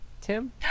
Tim